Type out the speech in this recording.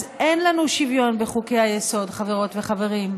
אז אין לנו שוויון בחוקי-היסוד, חברות וחברים,